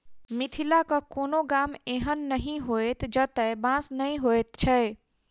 मिथिलाक कोनो एहन गाम नहि होयत जतय बाँस नै होयत छै